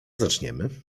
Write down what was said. zaczniemy